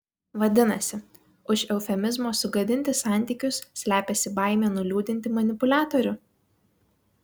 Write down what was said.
vadinasi už eufemizmo sugadinti santykius slepiasi baimė nuliūdinti manipuliatorių